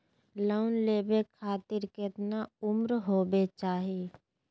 Loan लेवे खातिर केतना उम्र होवे चाही?